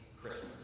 Christmas